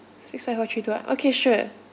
six five four three two one okay sure